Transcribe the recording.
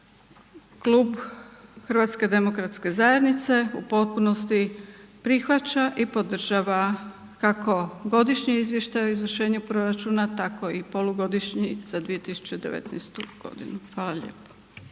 Klub HDZ-a u potpunosti prihvaća i podržava kako Godišnji izvještaj o izvršenju proračuna, tako i polugodišnji za 2019. godinu. Hvala lijepo.